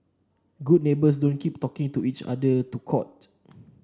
good neighbours don't keep taking to each other to court